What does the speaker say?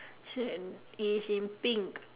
so it is in pink